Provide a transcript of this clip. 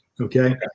okay